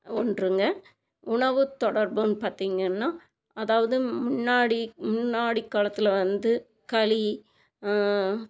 ஒன்றுங்க உணவு தொடர்புன்னு பார்த்திங்கனா அதாவது முன்னாடி முன்னாடி காலத்தில் வந்து களி